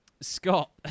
scott